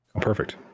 Perfect